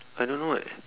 I don't know eh